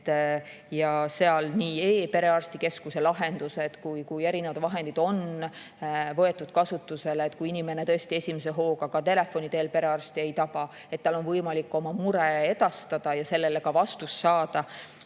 on võetud nii e-perearstikeskuse lahendused kui ka erinevad vahendid, nii et kui inimene tõesti esimese hooga telefoni teel perearsti ei taba, siis tal on võimalik oma mure edastada ja sellele ka vastus saada.